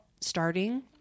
starting